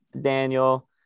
Daniel